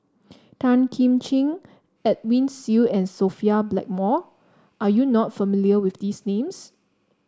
Tan Kim Ching Edwin Siew and Sophia Blackmore are you not familiar with these names